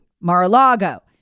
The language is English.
Mar-a-Lago